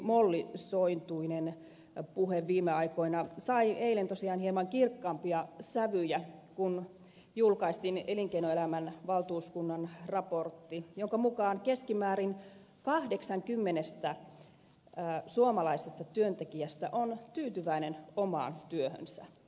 työhyvinvoinnin hyvin mollisointuinen puhe viime aikoina sai eilen tosiaan hieman kirkkaampia sävyjä kun julkaistiin elinkeinoelämän valtuuskunnan raportti jonka mukaan keskimäärin kahdeksan kymmenestä suomalaisesta työntekijästä on tyytyväinen omaan työhönsä